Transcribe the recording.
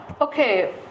Okay